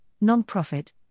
non-profit